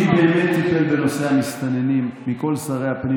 מי באמת טיפל בנושא המסתננים מכל שרי הפנים